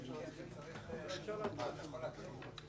התחלנו הקראה, לא הרבה, לא הספקנו הרבה.